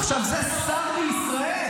עכשיו, זה שר בישראל.